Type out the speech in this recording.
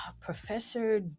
Professor